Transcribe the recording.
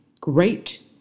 Great